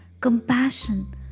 compassion